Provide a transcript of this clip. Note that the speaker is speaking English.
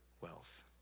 wealth